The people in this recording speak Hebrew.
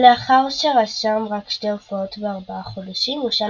לאחר שרשם רק שתי הופעות בארבעה חודשים הושאל